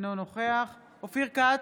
אינו נוכח אופיר כץ,